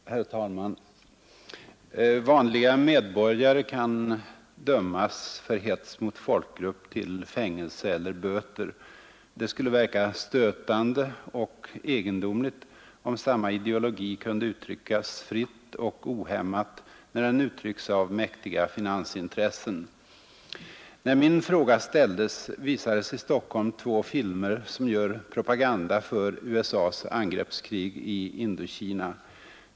Herr talman! Vanliga medborgare kan dömas för hets mot folkgrupp till fängelse eller böter. Det skulle verka stötande och egendomligt om samma ideologi kunde uttryckas fritt och ohämmat när den framförs av mäktiga finansintressen, När min fråga ställdes, visades i Stockholm två filmer som gör propagande för USA:s angreppskrig i Indokina.